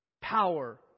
Power